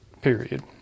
period